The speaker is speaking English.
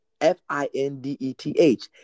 F-I-N-D-E-T-H